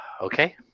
Okay